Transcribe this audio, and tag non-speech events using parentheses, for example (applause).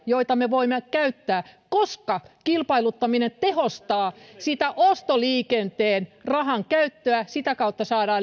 joita me voimme käyttää koska kilpailuttaminen tehostaa sitä ostoliikenteen rahankäyttöä sitä kautta saadaan (unintelligible)